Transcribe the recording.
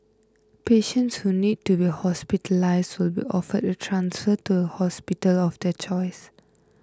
patients who need to be hospitalised will be offered a transfer to a hospital of their choice